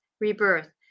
rebirth